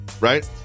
right